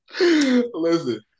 listen